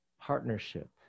partnership